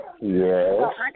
Yes